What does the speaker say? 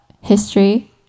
history